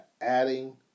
adding